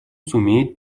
сумеет